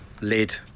lid